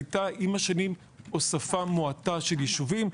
הייתה עם השנים הוספה מועטה של יישובים,